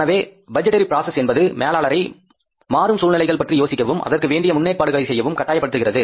எனவே பட்ஜெட்டரி ப்ராசஸ் என்பது மேலாளரை மாறும் சூழ்நிலைகள் பற்றி யோசிக்கவும் அதற்கு வேண்டிய முன்னேற்பாடுகளை செய்யவும் கட்டாயப்படுத்துகிறது